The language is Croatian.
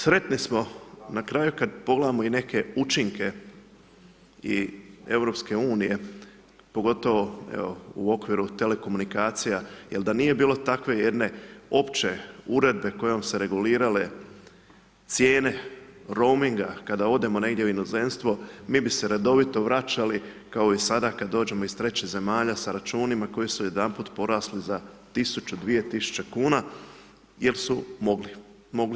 Sretni smo na kraju kada pogledamo i neke učinke i EU pogotovo evo, u okviru telekomunikacija, jer da nije bilo takve jedne opće uredbe kojom su se regulirale cijene rominga, kada odemo negdje u inozemstvo, mi bi se redovito vračali, kao i sada, kada dođemo iz trećih zemalja sa računima, koji su jedanput porasli za 1000, 2000 kn jer su mogli.